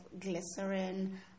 glycerin